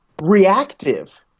reactive